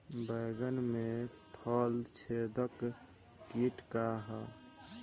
बैंगन में फल छेदक किट का ह?